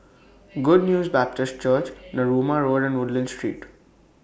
Good News Baptist Church Narooma Road and Woodlands Street